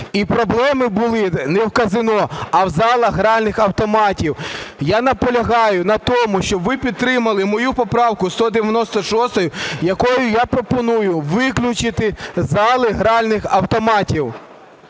І проблеми були не в казино, а в залах гральних автоматів. Я наполягаю на тому, щоб ви підтримали мою поправку 196, якою я пропоную виключити зали гральних автоматів.